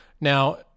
Now